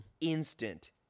instant